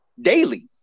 daily